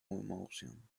emotion